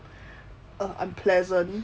uh unpleasant